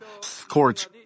scorch